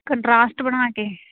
contrast ਬਣਾ ਕੇ